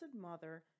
Mother